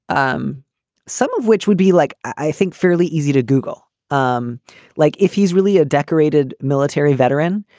um some of which would be like, i think fairly easy to google. um like if he's really a decorated military veteran,